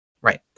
Right